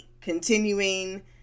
continuing